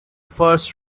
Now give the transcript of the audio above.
first